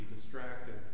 distracted